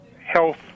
health